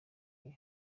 gihe